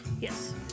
Yes